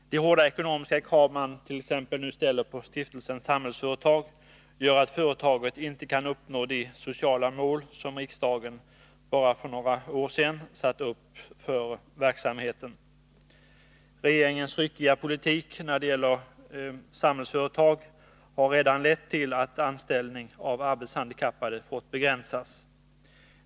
De hårda ekonomiska krav man t.ex. nu ställer på Stiftelsen Samhällsföretag gör att företaget inte kan uppnå de sociala mål som riksdagen bara för några år sedan satt upp för verksamheten. Regeringens ryckiga politik när det gäller Samhällsföretag har redan lett till att anställning av arbetshandikappade fått begränsas.